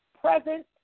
present